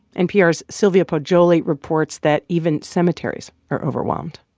npr's sylvia poggioli reports that even cemeteries are overwhelmed